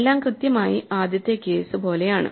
എല്ലാം കൃത്യമായി ആദ്യത്തെ കേസ് പോലെയാണ്